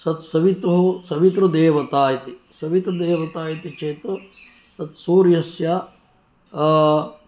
सत्सवितुः सवितृदेवता इति सवितृदेवता इति चेत् तत् सूर्यस्य